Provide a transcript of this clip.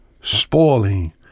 spoiling